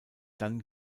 dann